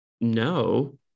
No